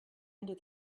under